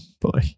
boy